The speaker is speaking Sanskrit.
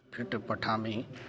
फिट् पठामि